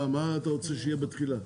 מה אתה רוצה שיהיה בתחילה?